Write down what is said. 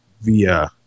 via